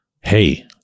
Hey